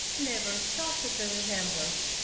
never saw such a resemblance.